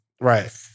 Right